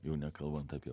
jau nekalbant apie